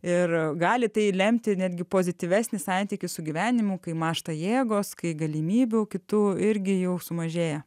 ir gali tai lemti netgi pozityvesnį santykį su gyvenimu kai mąžta jėgos kai galimybių kitų irgi jau sumažėja